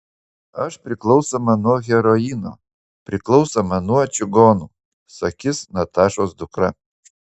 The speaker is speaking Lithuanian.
aš priklausoma nuo heroino priklausoma nuo čigonų sakys natašos dukra